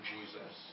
Jesus